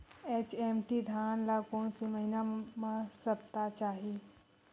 HMT धान ल कोन से महिना म सप्ता चाही?